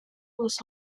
was